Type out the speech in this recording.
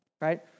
right